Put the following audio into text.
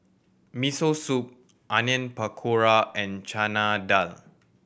Miso Soup Onion Pakora and Chana Dal